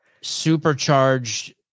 supercharged